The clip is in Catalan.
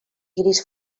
gris